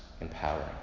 empowering